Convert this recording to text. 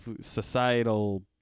societal